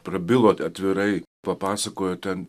prabilo atvirai papasakojo ten